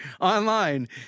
online